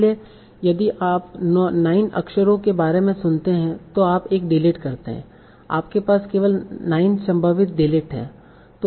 इसलिए यदि आप 9 अक्षरों के बारे में सुनते हैं तो आप एक डिलीट करते हैं आपके पास केवल 9 संभावित डिलीट हैं